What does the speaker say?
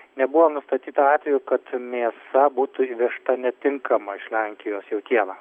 nebuvo nustatyta atvejų kad mėsa būtų įvežta netinkama iš lenkijos jautiena